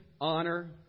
honor